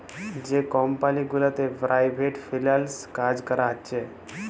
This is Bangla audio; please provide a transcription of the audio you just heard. যে কমপালি গুলাতে পেরাইভেট ফিল্যাল্স কাজ ক্যরা হছে